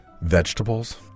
vegetables